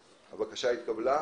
הצבעה הבקשה אושרה הבקשה התקבלה.